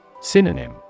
Synonym